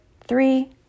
three